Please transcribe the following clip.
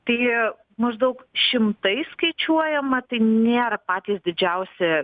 tai maždaug šimtais skaičiuojama tai nėra patys didžiausi